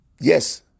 Yes